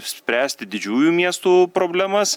spręsti didžiųjų miestų problemas